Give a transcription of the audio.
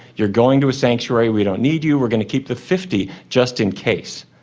you're going to a sanctuary, we don't need you, we're going to keep the fifty just in case.